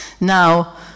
Now